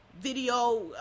video